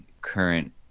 current